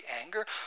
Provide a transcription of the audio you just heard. anger